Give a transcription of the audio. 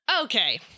Okay